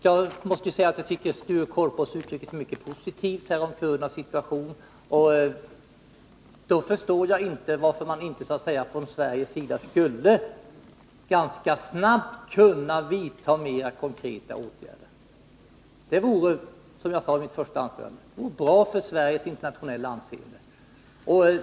Jag måste säga att jag tycker att Sture Korpås uttrycker sig mycket positivt när det gäller de frågor jag har tagit upp om kurdernas situation, och då förstår jag inte varför han inte också är positiv till att man från svensk sida ganska snabbt skulle kunna vidta mer konkreta åtgärder. Det vore, som jag sade i mitt första anförande, bra för Sveriges internationella anseende.